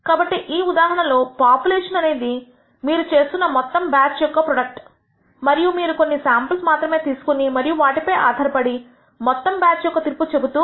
కాబట్టి ఈ ఉదాహరణ లో పాపులేషన్ అనేది ఇది మీరు చేస్తున్న మొత్తం బ్యాచ్ యొక్క ప్రొడక్ట్ మరియు మీరు కొన్ని శాంపుల్స్ మాత్రమే తీసుకుని మరియువాటిపై పై ఆధారపడి మొత్తం బ్యాచ్ యొక్క తీర్పు చెబుతూ